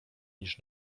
niż